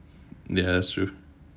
yes that's true